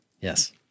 Yes